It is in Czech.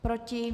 Proti?